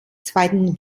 zweiten